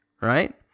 right